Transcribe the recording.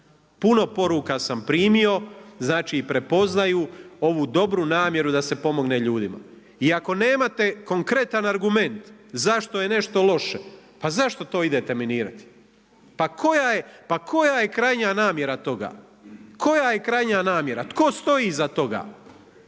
Puno poruka sam primio, znači prepoznaju ovu dobru namjeru da se pomogne ljudima. I ako nemate konkretan argument zašto je nešto loše, pa zašto to idete minirat? Pa koja je krajnja namjera toga? Koja je krajnja namjera, tko stoji iza toga?